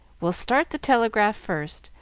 we'll start the telegraph first,